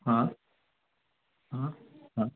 हाँ हाँ हाँ